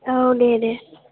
औ दे दे